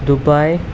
Dubai